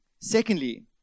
Secondly